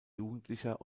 jugendlicher